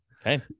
Okay